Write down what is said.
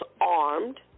armed